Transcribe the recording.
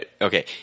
Okay